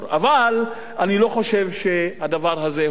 אבל אני לא חושב שהדבר הזה נכון.